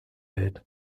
welt